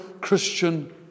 Christian